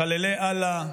מחללי אללה,